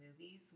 movies